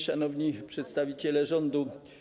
Szanowni Przedstawiciele Rządu!